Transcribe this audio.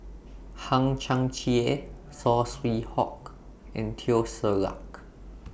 Hang Chang Chieh Saw Swee Hock and Teo Ser Luck